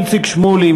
איציק שמולי,